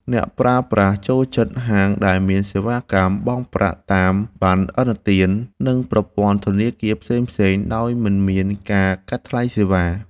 អ្នកប្រើប្រាស់ចូលចិត្តហាងដែលមានសេវាកម្មបង់ប្រាក់តាមបណ្ណឥណទាន និងប្រព័ន្ធធនាគារផ្សេងៗដោយមិនមានការកាត់ថ្លៃសេវា។